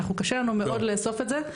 קשה לנו מאוד לאסוף את זה,